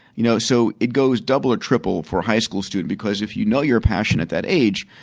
you know so, it goes double or triple for high school student because if you know your passion at that age,